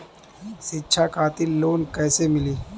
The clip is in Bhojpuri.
शिक्षा खातिर लोन कैसे मिली?